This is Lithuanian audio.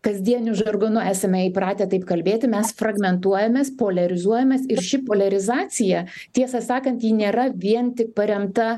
kasdieniu žargonu esame įpratę taip kalbėti mes fragmentuojamės poliarizuojamės ir ši poliarizacija tiesą sakant ji nėra vien tik paremta